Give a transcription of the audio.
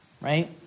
right